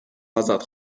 آزاد